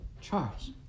Charles